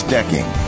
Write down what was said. Decking